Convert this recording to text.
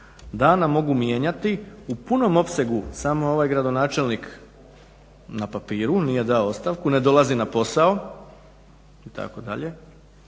dana mogu mijenjati u punom opsegu, samo ovaj je gradonačelnik na papiru, nije dao ostavku, ne dolazi na posao, itd., da se